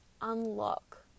unlock